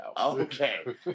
Okay